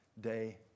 day